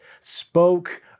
spoke